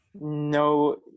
no